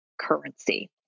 currency